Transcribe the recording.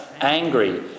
angry